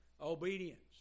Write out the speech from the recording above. Obedience